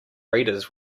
readers